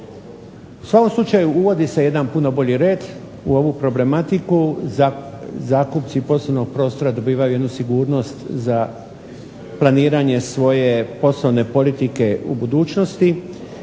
U svakom slučaju uvodi se jedan puno bolji red u ovu problematiku. Zakupci poslovnog prostora dobivaju jednu sigurnost za planiranje svoje poslovne politike u budućnosti.